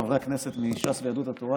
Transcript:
חברי הכנסת מש"ס ויהדות התורה,